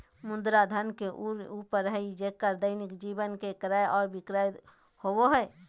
मुद्रा धन के उ रूप हइ जेक्कर दैनिक जीवन में क्रय और विक्रय होबो हइ